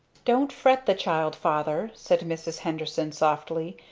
don't fret the child, father, said mrs. henderson softly.